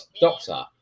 doctor